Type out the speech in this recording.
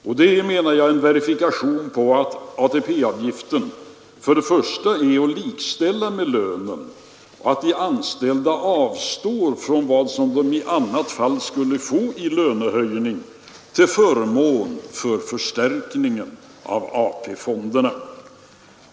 Det är menar jag en verifikation på att ATP-avgiften för det första är att likställa med lönen och att de anställda avstår från vad som i annat fall skulle bli lönehöjning till förmån för förstärkningen av AP-fonderna.